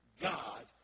God